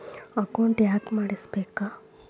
Account ಯಾಕ್ ಮಾಡಿಸಬೇಕು?